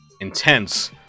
intense